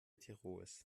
tirols